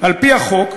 על-פי החוק,